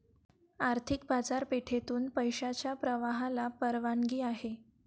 आर्थिक बाजारपेठेतून पैशाच्या प्रवाहाला परवानगी आहे